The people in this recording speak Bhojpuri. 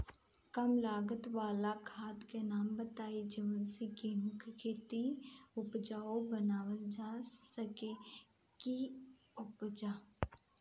कम लागत वाला खाद के नाम बताई जवना से गेहूं के खेती उपजाऊ बनावल जा सके ती उपजा?